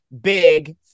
big